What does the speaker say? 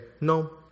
no